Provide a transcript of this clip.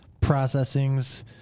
processings